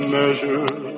measure